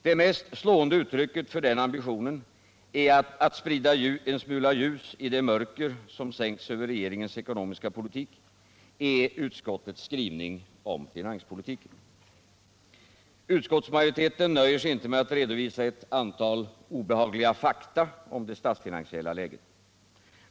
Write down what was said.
Det mest slående uttrycket för ambitionen att sprida en smula ljus i det mörker som sänkt sig över regeringens ekonomiska politik är utskottets skrivning om finanspolitiken. Utskottsmajoriteten nöjer sig inte med att redovisa ett antal obehagliga fakta om det statsfinansiella läget.